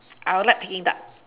I like peking duck